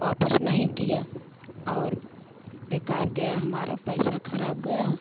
वापस नहीं किया और बेकार गया हमारा पैसा खराब गया